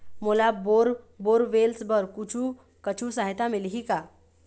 मोला bore borewells बर कुछू कछु सहायता मिलही का?